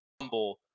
humble